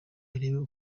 irebe